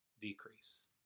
decrease